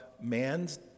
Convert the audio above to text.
man's